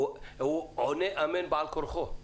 הם עונים אמן בעל כורחם.